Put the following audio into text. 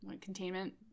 containment